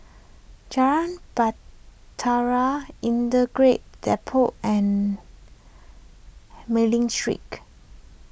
Jalan Bahtera Depot and Mei Ling